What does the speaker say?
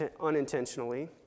unintentionally